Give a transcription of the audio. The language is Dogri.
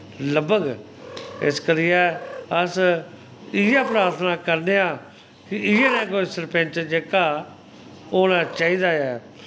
लब्भग इस करियै इयै प्रर्थना करने आं इयै नेहा कोई सरपैंच जेह्का होना चाही दा ऐ